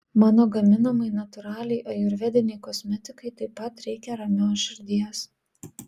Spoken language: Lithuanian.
mano gaminamai natūraliai ajurvedinei kosmetikai taip pat reikia ramios širdies